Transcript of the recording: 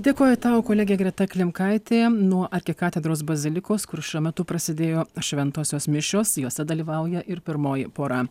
dėkoju tau kolegė greta klimkaitė nuo arkikatedros bazilikos kur šiuo metu prasidėjo šventosios mišios jose dalyvauja ir pirmoji pora